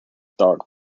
dark